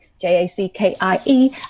J-A-C-K-I-E